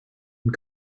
and